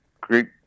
great